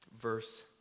Verse